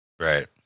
Right